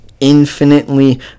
infinitely